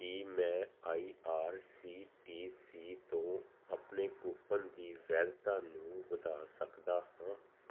ਕੀ ਮੈਂ I R C T C ਤੋਂ ਆਪਣੇ ਕੂਪਨ ਦੀ ਵੈਧਤਾ ਨੂੰ ਵਧਾ ਸਕਦਾ ਹਾਂ